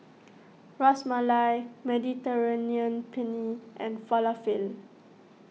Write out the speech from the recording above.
Ras Malai Mediterranean Penne and Falafel